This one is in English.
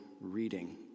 reading